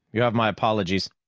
you have my apologies.